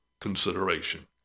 consideration